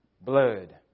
Blood